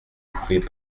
pouvais